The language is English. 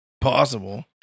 possible